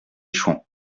chouans